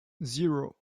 zero